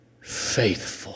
faithful